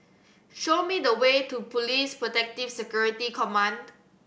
show me the way to Police Protective Security Command